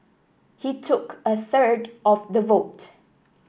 he took a third of the vote